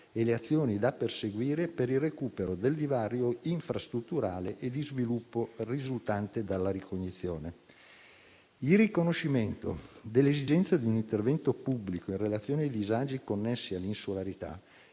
e le azioni da perseguire per il recupero del divario infrastrutturale e di sviluppo risultante dalla ricognizione. Il riconoscimento dell'esigenza di un intervento pubblico in relazione ai disagi connessi all'insularità